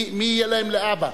מי יהיה להם לאבא?